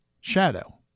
shadow